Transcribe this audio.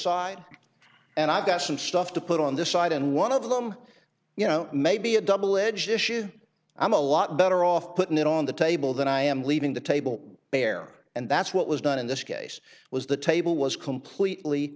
side and i've got some stuff to put on this side and one of them you know maybe a double edged issue i'm a lot better off putting it on the table than i am leaving the table bare and that's what was done in this case was the table was completely